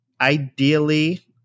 ideally